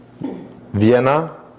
Vienna